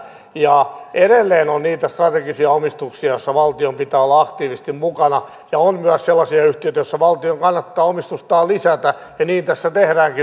ja edelleen on niitä strategisia omistuksia joissa valtion pitää olla aktiivisesti mukana ja on myös sellaisia yhtiöitä joissa valtion kannattaa omistustaan lisätä ja niin tässä tehdäänkin fingridin ja gasumin osalta